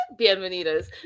Bienvenidos